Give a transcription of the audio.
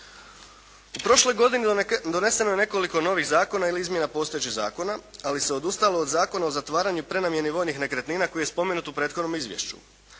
U prošloj godini doneseno je nekoliko novih zakona ili izmjena postojećih zakona, ali se odustalo od zakona o zatvaranju i prenamjeni vojnih nekretnina koji je spomenut u prethodnom izvješću.